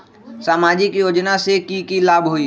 सामाजिक योजना से की की लाभ होई?